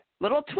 little